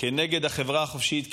כנגד החברה החופשית,